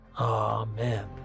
Amen